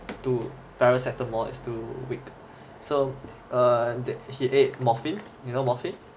paracetamol is too weak so err then he ate morphine you know morphine